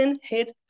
Hit